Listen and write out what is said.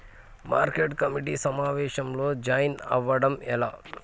Market committee సమావేశంలో join అవ్వడం ఎలా?